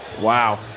Wow